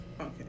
Okay